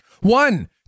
One